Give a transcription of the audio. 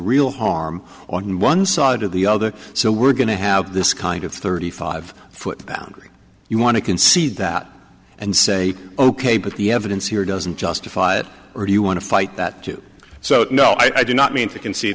real harm on one side or the other so we're going to have this kind of thirty five foot foundry you want to concede that and say ok but the evidence here doesn't justify it or do you want to fight that too so no i do not mean you can see